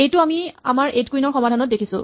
এইটো আমি আমাৰ এইট কুইন ৰ সমাধানত দেখিছো